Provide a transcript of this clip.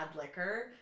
liquor